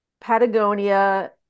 Patagonia